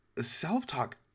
self-talk